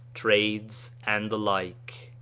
trades and the like.